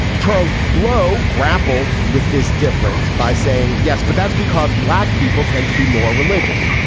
charles blow grapples with this difference by saying yes but that's because black people tend to be more religious.